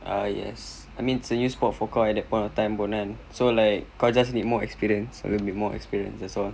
ah yes I mean at that point of time pun kan so like kau just need more experience a little bit more experience that's all